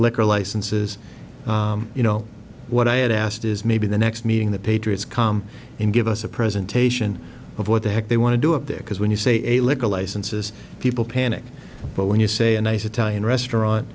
liquor licenses you know what i had asked is maybe the next meeting the patriots come and give us a presentation of what the heck they want to do up there because when you say a liquor licenses people panic but when you say a nice italian restaurant